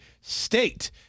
state